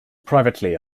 privately